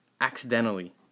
accidentally